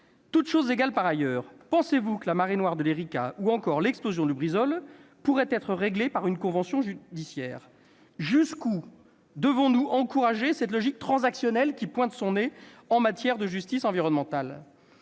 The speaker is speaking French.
Toutes choses égales par ailleurs, pensez-vous que la marée noire de l'ou encore l'explosion de Lubrizol pourraient être réglées par une convention judiciaire ? Jusqu'où devons-nous encourager cette logique transactionnelle qui pointe son nez en matière de justice environnementale ?